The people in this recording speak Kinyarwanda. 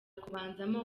kubanzamo